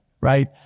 right